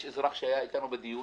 יש אזרח שהיה אתנו בדיון,